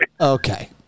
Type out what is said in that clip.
Okay